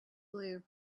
blue